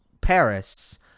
Paris